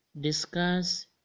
discuss